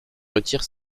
retire